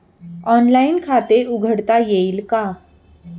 Online खाते उघडता येईल का?